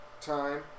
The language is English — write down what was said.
time